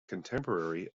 contemporary